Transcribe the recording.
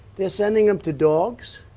they're sending them to dogs.